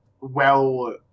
well-